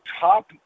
top